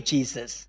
Jesus